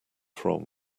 from